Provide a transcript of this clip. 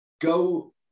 go